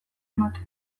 ematen